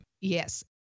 Yes